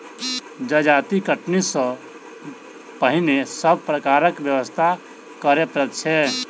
जजाति कटनी सॅ पहिने सभ प्रकारक व्यवस्था करय पड़ैत छै